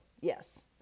yes